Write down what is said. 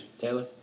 Taylor